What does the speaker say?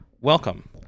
welcome